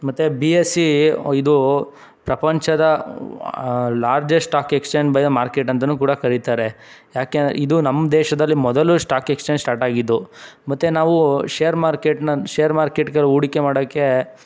ಮತ್ತು B S C ಇದು ಪ್ರಪಂಚದ largest stock exchange bio market ಅಂತಲೂ ಕೂಡ ಕರೀತಾರೆ ಯಾಕೆ ಇದು ನಮ್ಮ ದೇಶದಲ್ಲಿ ಮೊದಲು ಶ್ಟಾಕ್ ಎಕ್ಸ್ಚೇಂಜ್ ಶ್ಟಾರ್ಟ್ ಆಗಿದ್ದು ಮತ್ತು ನಾವು ಶೇರ್ ಮಾರ್ಕೆಟನ್ನ ಶೇರ್ ಮಾರ್ಕೆಟ್ಗಳ ಹೂಡಿಕೆ ಮಾಡಕ್ಕೆ